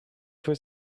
faut